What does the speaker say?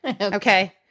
Okay